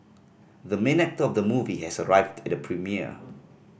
the main actor of the movie has arrived at the premiere